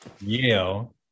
Yale